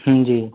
हाँ जी